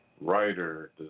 writer